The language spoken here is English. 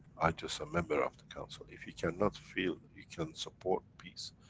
i'm just a member of the council. if you cannot feel you can support peace,